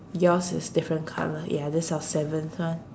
yours is different colour ya that's our seventh one